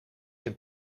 een